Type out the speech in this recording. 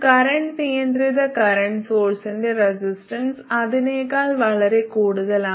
current നിയന്ത്രിത current സോഴ്സിന്റെ resistance അതിനേക്കാൾ വളരെ കൂടുതലാണ്